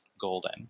golden